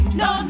no